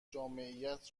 جامعیت